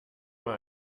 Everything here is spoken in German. mal